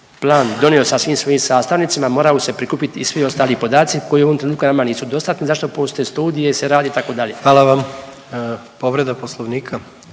plan donio sa svim svojim sastavnicama moraju se prikupiti i svi ostali podaci koji u ovom trenutku nama nisu dostatni zašto postoje studije se rade itd.